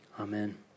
Amen